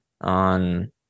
on